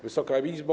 Wysoka Izbo!